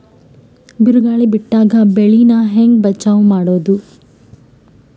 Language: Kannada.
ಬಿರುಗಾಳಿ ಬಿಟ್ಟಾಗ ಬೆಳಿ ನಾ ಹೆಂಗ ಬಚಾವ್ ಮಾಡೊದು?